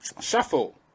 Shuffle